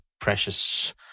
precious